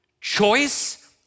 choice